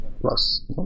Plus